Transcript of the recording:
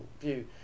view